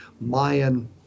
Mayan